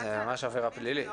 זאת ממש עבירה פלילית.